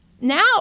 Now